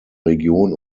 region